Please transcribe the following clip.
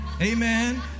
Amen